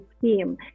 team